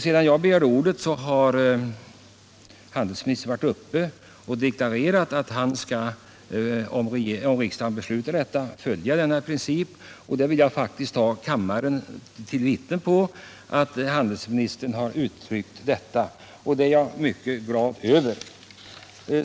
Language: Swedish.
Sedan jag begärde ordet har handelministern här deklarerat att han, om riksdagen fattar ett sådant beslut, skall följa denna princip. Jag vill ta kammaren till vittne på att handelsministern lovat detta, vilket jag är mycket glad över.